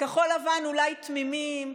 כחול לבן אולי תמימים,